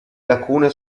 lacune